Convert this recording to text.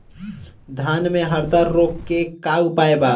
धान में हरदा रोग के का उपाय बा?